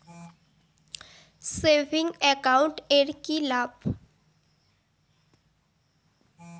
Savings account এর কি লাভ?